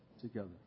together